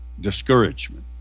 discouragement